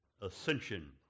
ascension